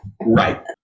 Right